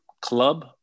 club